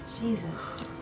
Jesus